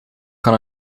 kan